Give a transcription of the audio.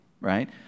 right